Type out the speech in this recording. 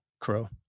crow